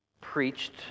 preached